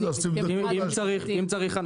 אם צריך,